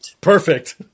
Perfect